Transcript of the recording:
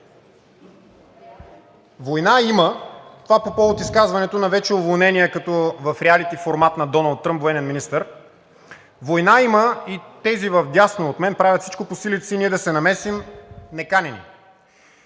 война има – това по повод изказването на вече уволнения, като в риалити формат на Доналд Тръмп, военен министър. Война има и тези вдясно от мен правят всичко по силите си ние да се намесим неканени.